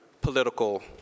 political